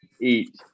eat